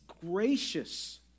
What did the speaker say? gracious